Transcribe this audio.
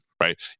right